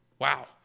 wow